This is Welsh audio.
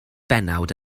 bennawd